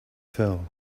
fell